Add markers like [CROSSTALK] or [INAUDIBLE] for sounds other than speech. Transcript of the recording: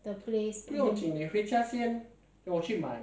[NOISE]